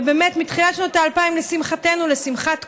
ובאמת, מתחילת שנות ה-2000, לשמחתנו, לשמחת כולם,